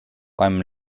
einem